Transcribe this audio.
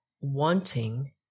wanting